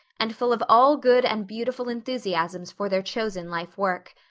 and full of all good and beautiful enthusiasms for their chosen lifework.